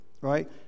right